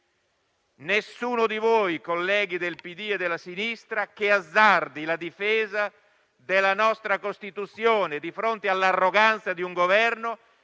Nessuno di voi colleghi del PD e della sinistra azzarda la difesa della nostra Costituzione di fronte all'arroganza di un Governo